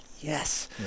yes